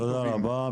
תודה רבה.